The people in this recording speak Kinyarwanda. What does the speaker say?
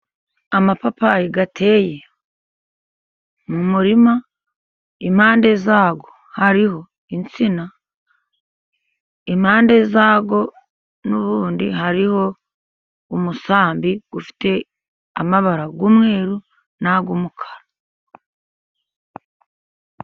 Amapapayi ateye mu murima, impande za wo hariho insina, impande za wo n'ubundi hariho umusambi ufite amabara y'umweru n'ayumukara.